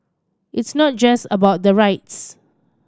it's not just about the rights